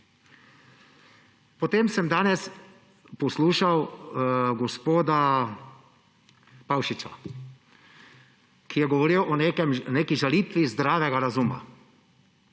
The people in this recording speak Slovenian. Potem sem danes poslušal gospoda Pavšiča, ki je govoril o neki žalitvi zdravega razuma.